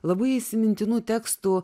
labai įsimintinų tekstų